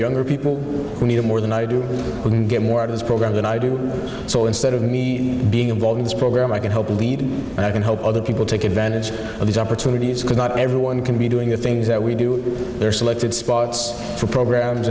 younger people who need it more than i do get more out of the program than i do so instead of me being involved in this program i can help lead and i can help other people take advantage of these opportunities because not everyone can be doing the things that we do they're selected spots for programs